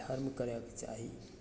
धर्म करयके चाही